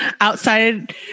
outside